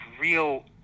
real